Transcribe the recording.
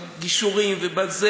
בגישורים וכו'.